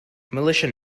militia